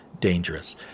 dangerous